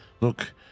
Look